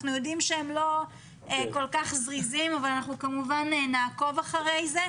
אנחנו יודעים שהם לא כל כך זריזים אבל נעקוב אחרי זה.